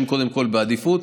הם קודם כול בעדיפות.